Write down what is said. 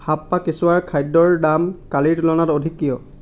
হাপ্পা কেঁচুৱাৰ খাদ্যৰ দাম কালিৰ তুলনাত অধিক কিয়